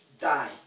Die